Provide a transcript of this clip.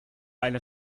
eine